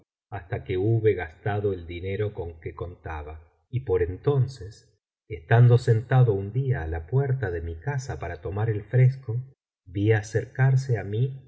hasta que hube gastado el dinero con que contaba y por entonces estando sentado un día á la puerta de mi casa para tomar el fresco vi acercarse á mí